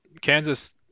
Kansas